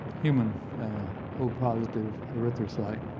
human o-positive erythrocyte